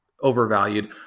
overvalued